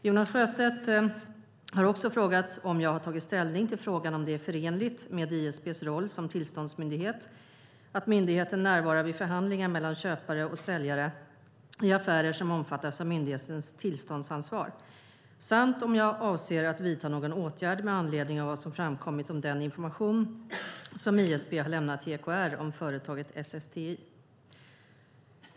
Jonas Sjöstedt har också frågat om jag har tagit ställning till frågan om det är förenligt med ISP:s roll som tillståndsmyndighet att myndigheten närvarar vid förhandlingar mellan köpare och säljare i affärer som omfattas av myndighetens tillståndsansvar samt om jag avser att vidta någon åtgärd med anledning av vad som framkommit om den information som ISP har lämnat till EKR om företaget SSTI.